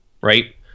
right